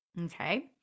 okay